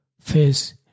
face